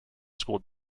school